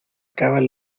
acaban